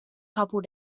couple